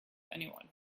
anyone